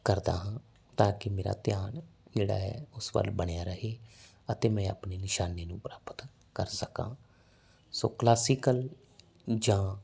ਕਰਦਾ ਤਾਂ ਕਿ ਮੇਰਾ ਧਿਆਨ ਜਿਹੜਾ ਹੈ ਉਸ ਵੱਲ ਬਣਿਆ ਰਹੇ ਅਤੇ ਮੈਂ ਆਪਣੀ ਨਿਸ਼ਾਨੀ ਨੂੰ ਪ੍ਰਾਪਤ ਕਰ ਸਕਾਂ ਸੋ ਕਲਾਸੀਕਲ ਜਾਂ